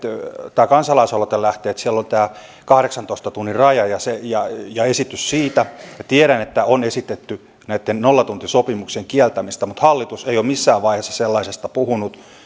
tämä kansalaisaloite lähtee siitä että siellä on kahdeksantoista tunnin raja ja ja esitys siitä ja tiedän että on esitetty näitten nollatuntisopimuksien kieltämistä mutta hallitus ei ole missään vaiheessa sellaisesta puhunut